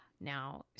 Now